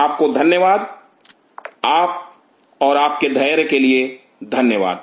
आपको धन्यवाद और आपके धैर्य के लिए धन्यवाद